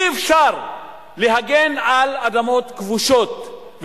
אי-אפשר להגן על אדמות כבושות,